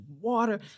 water